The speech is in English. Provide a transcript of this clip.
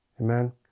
Amen